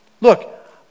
Look